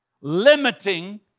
limiting